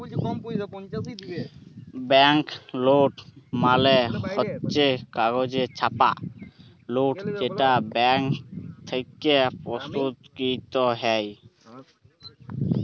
bank note মালে হচ্ছ কাগজে ছাপা লোট যেটা ব্যাঙ্ক থেক্যে প্রস্তুতকৃত হ্যয়